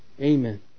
Amen